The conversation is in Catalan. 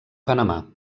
panamà